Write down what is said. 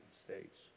States